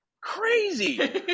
crazy